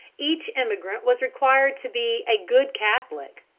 each emigrant was required to be a good catholic,